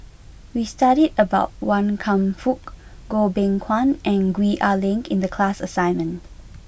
we studied about Wan Kam Fook Goh Beng Kwan and Gwee Ah Leng in the class assignment